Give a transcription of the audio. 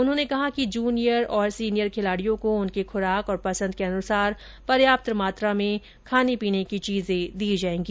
उन्होंने कहा कि जूनियर और सीनियर खिलाडियों को उनकी खुराक और पसंद के अनुसार पर्याप्त मात्रा में खाने पीने की चीजें दी जायेंगी